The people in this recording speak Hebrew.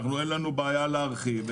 אין לנו בעיה להרחיב.